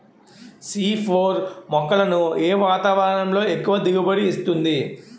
C four మొక్కలను ఏ వాతావరణంలో ఎక్కువ దిగుబడి ఇస్తుంది?